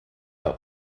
are